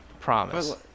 promise